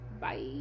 Bye